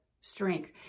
strength